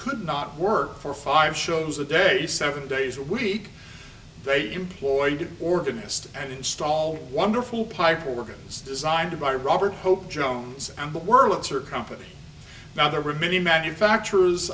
not work for five shows a day seven days a week they employed organist and install wonderful pipe organs designed by robert hope jones and the wurlitzer company now there are many manufacturers